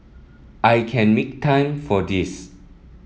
I can make time for this